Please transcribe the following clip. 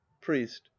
priest